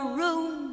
room